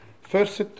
first